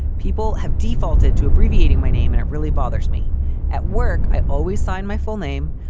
people have defaulted to abbreviating my name and it really bothers me at work. i always sign my full name.